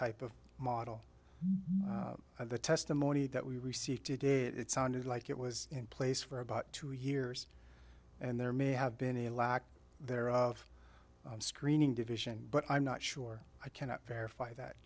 type of model of the testimony that we received to date it sounded like it was in place for about two years and there may have been a lack there of screening division but i'm not sure i cannot verify that